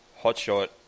Hotshot